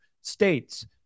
States